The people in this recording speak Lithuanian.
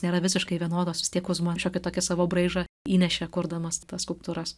nėra visiškai vienodos vis tiek kuzma šiokį tokį savo braižą įnešė kurdamas skulptūras